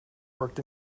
worked